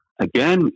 again